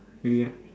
really ah